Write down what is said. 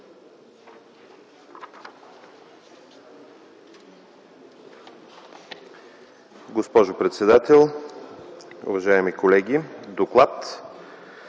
Госпожо председател, уважаеми колеги, първо